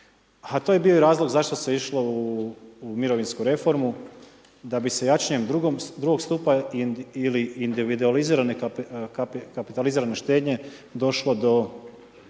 to je bi i razlog zašto se išlo u mirovinsku reformu, da bi se jačanjem drugog stupa ili individualizirane kapitalizirane štednje došlo do